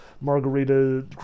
margarita